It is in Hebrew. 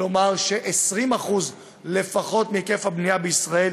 כלומר ש-20% לפחות מהיקף הבנייה בישראל